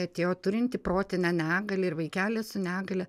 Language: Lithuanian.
atėjo turinti protinę negalią ir vaikeli su negalia